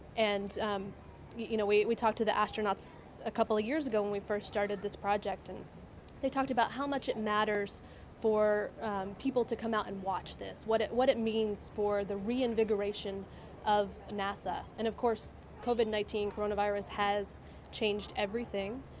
and you know we we talked to the astronauts a couple years ago when we first started this project and na talked about how much it matters for people to come out and watch this, what it what it means for the reenvyingration of nasa and, of course covid nineteen, coronavirus has changed everything.